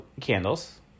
candles